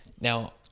now